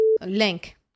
Link